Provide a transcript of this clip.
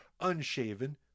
unshaven